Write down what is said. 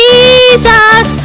Jesus